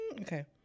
Okay